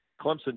Clemson